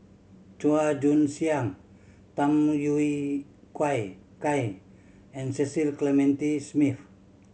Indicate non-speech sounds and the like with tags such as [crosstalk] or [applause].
Chua Joon Siang Tham Yui [unintelligible] Kai and Cecil Clementi Smith